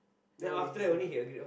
then what did he say for the